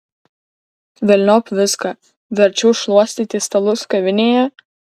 velniop viską verčiau šluostyti stalus kavinėje